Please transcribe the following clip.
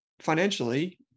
Financially